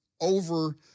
over